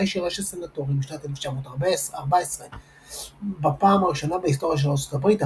הישירה של סנאטורים בשנת 1914. בפעם הראשונה בהיסטוריה של ארצות הברית,